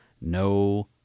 no